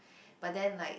but then like